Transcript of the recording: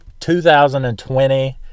2020